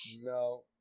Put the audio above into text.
no